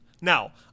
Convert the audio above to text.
Now